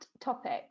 topic